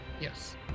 Yes